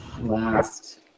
Last